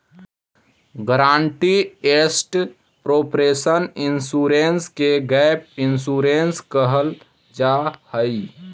guaranteed asset proportion insurance के gap insurance कहल जाऽ हई